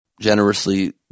generously